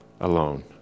alone